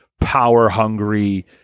power-hungry